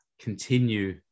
continue